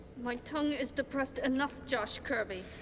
my tongue is depressed enough, josh kirby.